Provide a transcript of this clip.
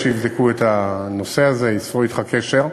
אני אבקש שיבדקו את הנושא הזה וייצרו אתך קשר.